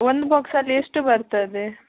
ಒಂದು ಬಾಕ್ಸಲ್ಲಿ ಎಷ್ಟು ಬರ್ತದೆ